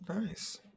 Nice